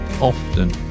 often